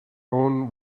own